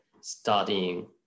studying